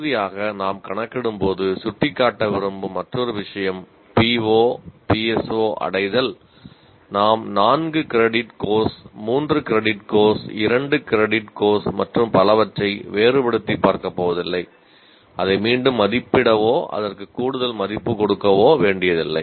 இறுதியாக நாம் கணக்கிடும்போது சுட்டிக்காட்ட விரும்பும் மற்றொரு விஷயம் PO PSO அடைதல் நாம் நான்கு credit course 3 credit course 2 credit course மற்றும் பலவற்றை வேறுபடுத்திப் பார்க்கப் போவதில்லை அதை மீண்டும் மதிப்பிடவோ அதற்கு கூடுதல் மதிப்பு கொடுக்கவோ வேண்டியதில்லை